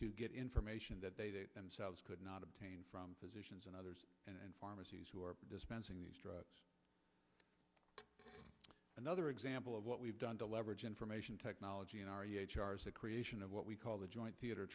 o get information that they themselves could not obtain from physicians and others and pharmacies who are dispensing these drugs another example of what we've done to leverage information technology in our cars the creation of what we call the joint theater